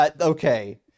okay